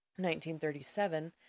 1937